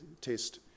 test